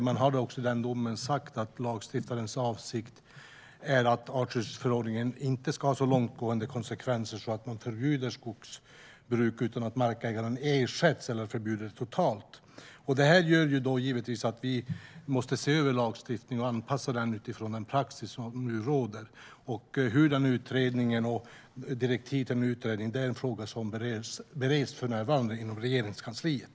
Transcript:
Man har också i den domen sagt att lagstiftarens avsikt är att artskyddsförordningen inte ska ha så långtgående konsekvenser att man förbjuder skogsbruk utan att ersätta markägaren eller förbjuder det totalt. Det här gör givetvis att vi måste se över lagstiftningen och anpassa den utifrån den praxis som nu råder. Hur den utredningen och direktiven till den ska se ut är en fråga som för närvarande bereds inom Regeringskansliet.